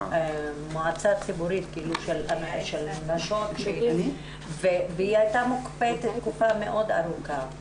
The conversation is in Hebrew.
מועצה ציבורית של --- והיא הייתה מוקפאת במשך תקופה מאוד ארוכה,